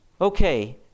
Okay